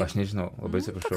aš nežinau labai atsiprašau